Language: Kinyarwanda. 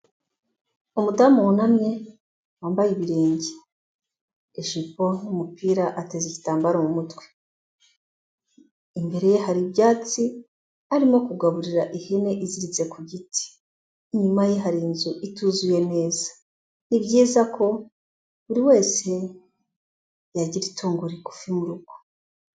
Umudamu wunamye wambaye ibirenge, ijipo, umupira, ateze igitambaro mu mutwe, imbere ye hari ibyatsi arimo kuburira ihene iziritse ku giti, inyuma ye hari inzu ituzuye neza, ni byiza ko buri wese yagira itungo rigufi mu rugo.